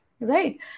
Right